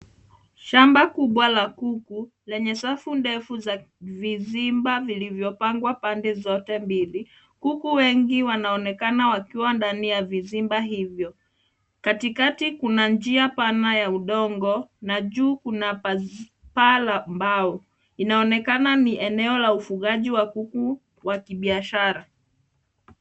Shamba kubwa la kuku lenye safu ndefu za vizimba vilivyo pangwa pande zote mbili. Kuku wengi wanaonekana wakiwa ndani ya vizimba hivyo. Katikati kuna njia pana ya udongo, na juu kuna paa la mbao. Inaonekana ni eneo la ufugaji wa kuku wa kibiashara.